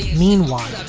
meanwhile,